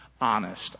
honest